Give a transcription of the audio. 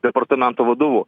departamento vadovu